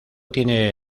tiene